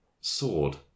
Sword